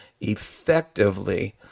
effectively